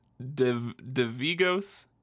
divigos